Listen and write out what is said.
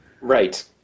Right